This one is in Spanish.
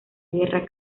guerra